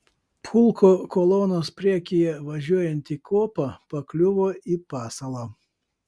pulko kolonos priekyje važiuojanti kuopa pakliuvo į pasalą